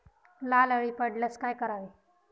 लाल अळी पडल्यास काय करावे?